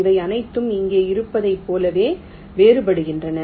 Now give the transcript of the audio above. அவை அனைத்தும் இங்கே இருந்ததைப் போலவே வேறுபடுகின்றன